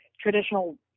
traditional